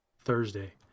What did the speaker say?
Thursday